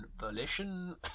volition